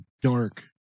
dark